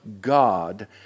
God